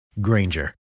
Granger